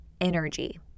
energy